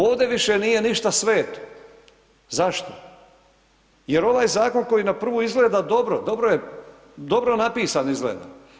Ovde više nije ništa sveto, zašto, jer ovaj zakon koji na prvu izgleda dobro, dobro je, dobro napisan izgleda.